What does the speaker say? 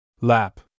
Lap